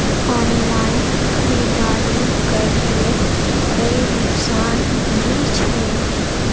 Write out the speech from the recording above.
Online खरीदारी करले कोई नुकसान भी छे?